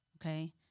Okay